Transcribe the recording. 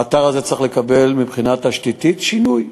האתר הזה צריך לקבל, מבחינה תשתיתית, שינוי.